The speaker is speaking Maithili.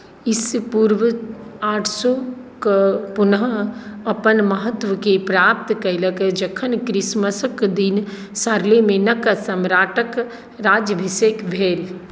ईसा पूर्व आठ सए कऽ पुनः अपन महत्वके प्राप्त कयलकए जखन क्रिसमसक दिन शारलेमेनक सम्राटक राज्यभिषेक भेल